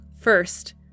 First